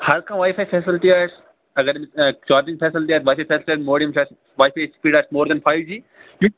ہَر کانٛہہ wifi facility آسہِ اگر أمِس چاپِنٛگ فیسلٹی آسہِ باقٕے فیسلٹی بورڈِنٛگ فیسَلٹی باقٕے سِپیٖڈ آسہِ مور دیٚن فایِو جی